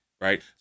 right